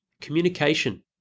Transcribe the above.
Communication